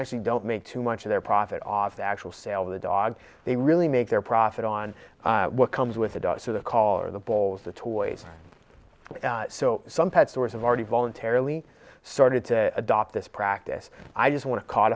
actually don't make too much of their profit off the actual sale of the dog they really make their profit on what comes with a dollar so the color of the balls the toys so some pet stores have already voluntarily started to adopt this practice i just want to ca